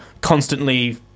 constantly